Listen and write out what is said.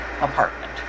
apartment